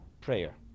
prayer